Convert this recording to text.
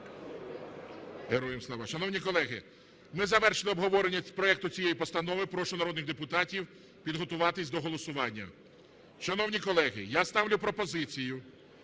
Героям слава! Шановні колеги, ми завершили обговорення проекту цієї постанови. Прошу народних депутатів підготуватись до голосування. Шановні колеги, я ставлю пропозицію